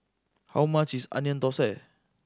how much is Onion Thosai